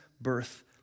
birth